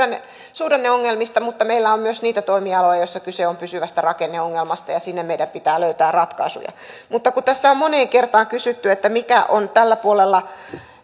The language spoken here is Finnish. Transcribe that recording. suhdanneongelmista mutta meillä on myös niitä toimialoja joilla kyse on pysyvästä rakenneongelmasta ja sinne meidän pitää löytää ratkaisuja mutta kun tässä on moneen kertaan kysytty mikä on tällä puolella